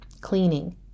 cleaning